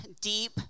deep